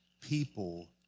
people